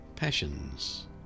passions